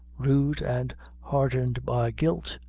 rude and hardened by guilt,